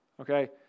okay